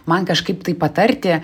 man kažkaip tai patarti